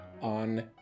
on